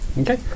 Okay